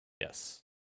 yes